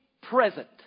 present